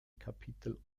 kapitel